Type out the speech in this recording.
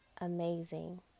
amazing